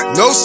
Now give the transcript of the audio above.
no